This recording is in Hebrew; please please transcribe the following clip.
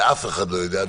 ואף אחד לא יודע,